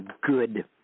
good